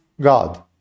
God